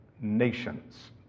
nations